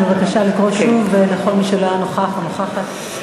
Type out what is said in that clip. בבקשה לקרוא שוב לכל מי שלא היה נוכח או נוכחת.